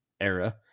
era